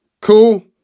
Cool